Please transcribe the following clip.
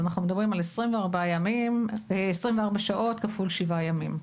אז אנחנו מדברים על 24 שעות כפול שבעה ימים.